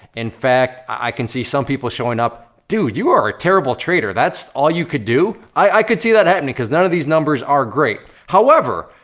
in fact, i can see some people showing up, dude, you are a terrible trader! that's all you could do? i could see that happening, cause none of these numbers are great, however,